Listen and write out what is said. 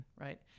Right